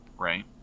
right